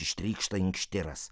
ištrykšta inkštiras